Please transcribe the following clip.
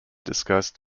discussed